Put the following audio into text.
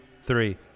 three